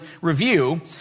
review